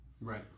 Right